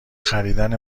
خریدن